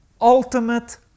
ultimate